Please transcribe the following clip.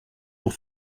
pour